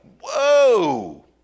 whoa